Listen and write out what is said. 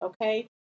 okay